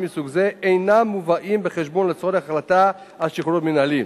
מסוג זה אינם מובאים בחשבון לצורך ההחלטה על שחרור מינהלי.